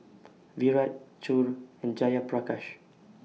Virat Choor and Jayaprakash